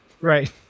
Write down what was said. Right